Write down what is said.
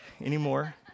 anymore